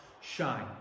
shine